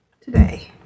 today